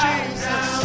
Jesus